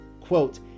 quote